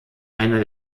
einer